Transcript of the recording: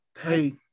hey